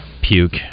Puke